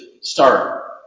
start